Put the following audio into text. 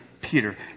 Peter